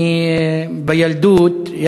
בילדותי,